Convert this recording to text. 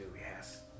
yes